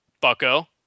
bucko